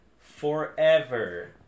forever